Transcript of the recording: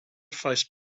faced